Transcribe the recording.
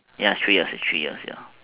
ya three years is three years ya